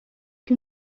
que